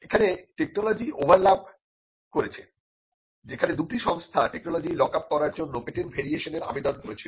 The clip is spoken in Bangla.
এখানে টেকনোলজি ওভারল্যাপ করেছে যেখানে দুটি সংস্থা টেকনোলজি লক আপ করার জন্য পেটেন্ট ভেরিয়েশনের আবেদন করেছিল